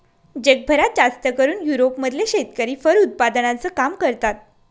जगभरात जास्तकरून युरोप मधले शेतकरी फर उत्पादनाचं काम करतात